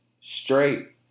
straight